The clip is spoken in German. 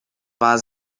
war